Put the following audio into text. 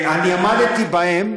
ואני עמדתי בהם,